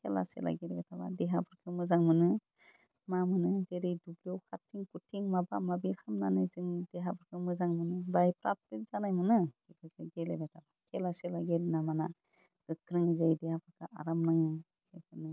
खेला सेला गेलेबाय थाबा देहाफोरखौ मोजां मोनो मा मोनो जेरै दुब्लियाव खारथिं खुरथिं माबा माबि खालामनानै जोंनि देहाफोरखौ मोजां मोनो बाय फ्राथ फ्रिथ जानाय मोनो बेफोरखौ गेलेबाथाय खेला सेला गेलेना मोना गोख्रों जायो देहाफ्रा आराम नाङो बेफोरनो